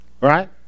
right